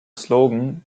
slogan